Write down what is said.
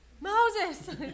Moses